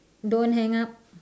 don't hang up